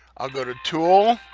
i'll go to tool,